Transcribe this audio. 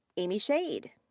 amy shade.